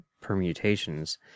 permutations